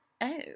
Oh